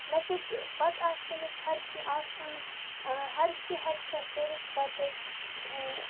نَہ چھِس پَتہٕ آسہِ تٔمِس ہَر کیٚنٛہہ آسٲنۍ ہَر کیٚنٛہہ ہیٚکہِ سۄ کٔرِتھ پَتہٕ